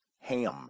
Ham